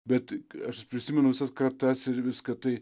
bet aš prisimenu visas kratas ir viską tai